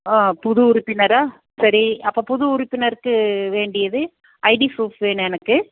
ஆ புது உறுப்பினரா சரி அப்போ புது உறுப்பினருக்கு வேண்டியது ஐடி ஃப்ரூஃப் வேணும் எனக்கு